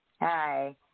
Hi